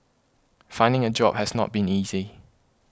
finding a job has not been easy